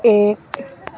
ایک